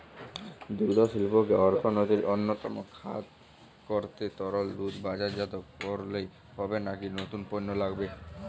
দুগ্ধশিল্পকে অর্থনীতির অন্যতম খাত করতে তরল দুধ বাজারজাত করলেই হবে নাকি নতুন পণ্য লাগবে?